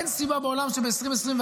אין סיבה בעולם שב-2024,